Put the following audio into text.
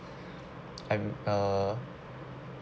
um err